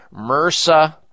MRSA